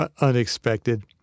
unexpected